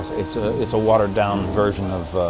it's ah it's a watered down version of